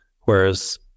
Whereas